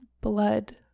blood